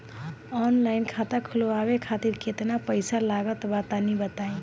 Online खाता खूलवावे खातिर केतना पईसा लागत बा तनि बताईं?